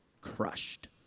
crushed